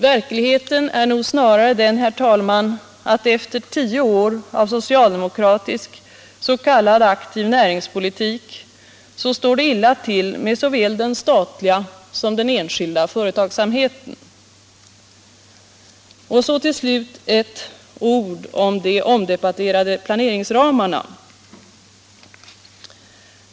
Verkligheten är nog snarare den, herr talman, att efter tio år av socialdemokratisk s.k. aktiv näringspolitik står det illa till med såväl den statliga som den enskilda företagsamheten. Till slut några ord om de omdebatterade planeringsramarna.